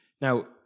Now